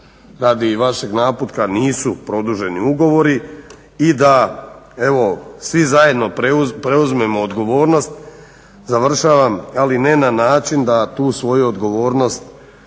radi i vašeg naputak nisu produženi ugovori i da evo svi zajedno preuzmemo odgovornost. Završavam ali ne na način da tu svoju odgovornost